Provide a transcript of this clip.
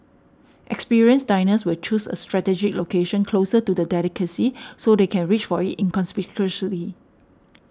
experienced diners will choose a strategic location closer to the delicacy so they can reach for it inconspicuously